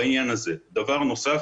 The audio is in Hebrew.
דבר נוסף